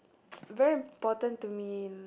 very important to me